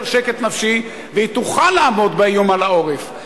שקט נפשי והיא תוכל לעמוד באיום על העורף,